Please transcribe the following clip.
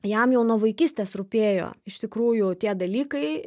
jam jau nuo vaikystės rūpėjo iš tikrųjų tie dalykai